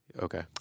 Okay